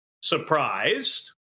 surprised